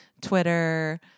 twitter